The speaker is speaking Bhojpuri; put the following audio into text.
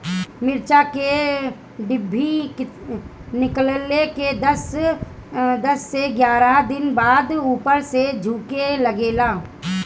मिरचा क डिभी निकलले के दस से एग्यारह दिन बाद उपर से झुके लागेला?